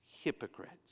Hypocrites